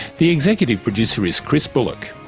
the executive producer is chris bullock,